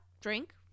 Drink